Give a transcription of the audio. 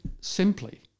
simply